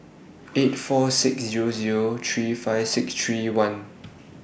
eight four six Zero Zero three five six three one